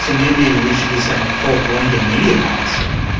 so maybe we should just have a full blanket media policy.